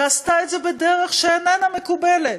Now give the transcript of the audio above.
ועשתה את זה בדרך שאיננה מקובלת